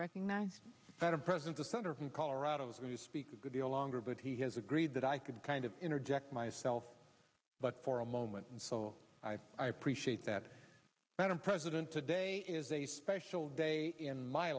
recognized that a president the senator from colorado is going to speak a good deal longer but he has agreed that i could kind of interject myself but for a moment and so i appreciate that and i'm president today is a special day in my